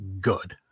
good